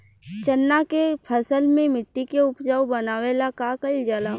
चन्ना के फसल में मिट्टी के उपजाऊ बनावे ला का कइल जाला?